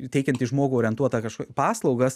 į teikiantį žmogų orientuotą kažkok paslaugas